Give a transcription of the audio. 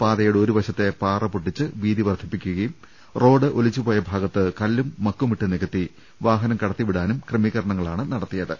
പാതയുടെ ഒരു വശത്തെ പാറപൊട്ടിച്ച് വീതി വർധിപ്പിക്കുകയും റോഡ് ഒലിച്ചുപോയ ഭാഗത്ത് കല്ലും മക്കുമിട്ട് നികത്തി വാഹനം കടത്തിവിടാനും ക്രമീകരണങ്ങളാണ് നടത്തിയത്